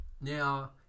Now